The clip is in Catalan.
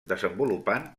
desenvolupant